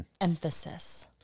Emphasis